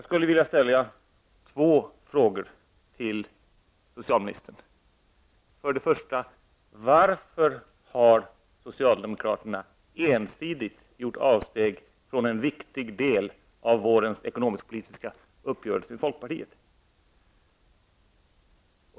Den första frågan är: Varför har socialdemokraterna ensidigt gjort avsteg från en viktig del av vårens ekonomisk-politiska uppgörelse med folkpartiet?